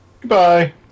Goodbye